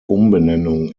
umbenennung